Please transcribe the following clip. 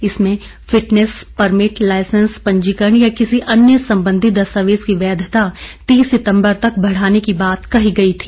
इसमें fitness permit licence पंजीकरण या किसी अन्य सम्बंधी दस्तावेज की वैधता तीस सितम्बर तक बढ़ाने की बात कही गई थी